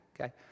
Okay